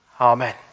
Amen